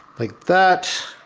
like that,